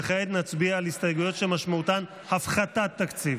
וכעת נצביע על הסתייגויות שמשמעותן הפחתת תקציב.